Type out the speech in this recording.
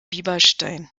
bieberstein